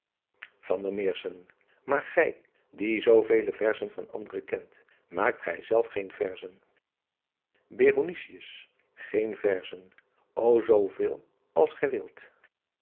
aar gij die zoovele verzen van anderen kent maakt gij zelf geen verzen een verzen ô zooveel als gij wilt